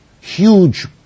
huge